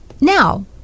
Now